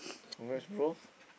congrats bro